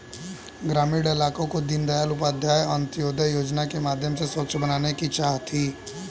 ग्रामीण इलाकों को दीनदयाल उपाध्याय अंत्योदय योजना के माध्यम से स्वच्छ बनाने की चाह थी